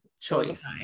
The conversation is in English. Choice